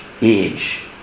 age